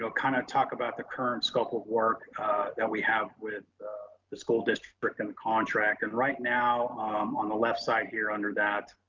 so kind of talk about the current scope of work that we have with the school district in the contract. and right now i'm on the left side here under that,